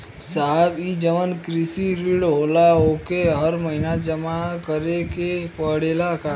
साहब ई जवन कृषि ऋण होला ओके हर महिना जमा करे के पणेला का?